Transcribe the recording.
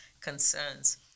concerns